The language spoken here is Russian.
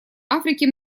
африке